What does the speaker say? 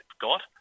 got